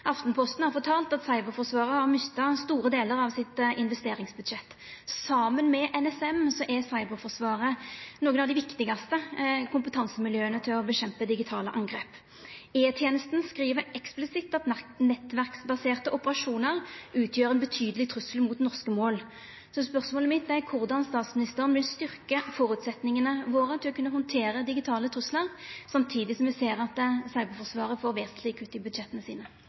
Aftenposten har fortalt at Cyberforsvaret har mista store delar av investeringsbudsjettet sitt. NSM og Cyberforsvaret er dei viktigaste kompetansemiljøa vi har til å nedkjempe digitale angrep. E-tenesta skriv eksplisitt at nettverksbaserte operasjonar utgjer ein betydeleg trussel mot norske mål. Spørsmålet mitt er korleis statsministeren vil styrkja føresetnadene våre for å kunna handtera digitale truslar, samtidig som me ser at Cyberforsvaret får vesentlege kutt i budsjetta sine.